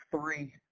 three